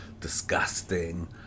disgusting